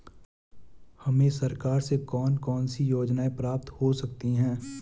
हमें सरकार से कौन कौनसी योजनाएँ प्राप्त हो सकती हैं?